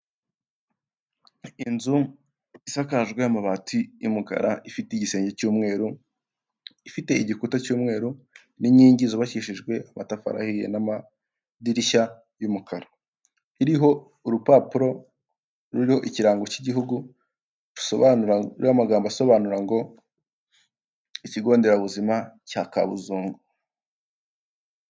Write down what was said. Inzu isakajwe amabati y'umukara ifite igisenge cy'umweru ifite igikuta cy'umweru, n'inkingi zubakishijwe amatafari ahiye n'amadirishya y'umukara, iriho urupapuro ruriho ikirango k'igihugu ruriho amagambogambo asobanura ngo ikigonderabuzima cya Kabuzungu.